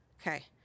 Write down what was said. Okay